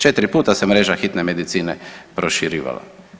Četiri puta se mreža hitne medicine proširivala.